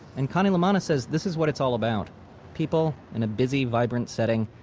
and connie lamanna says this is what it's all about people, in a busy, vibrant setting,